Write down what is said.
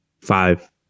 Five